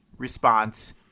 Response